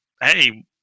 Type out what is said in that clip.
hey